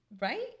right